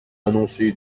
annoncé